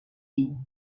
diu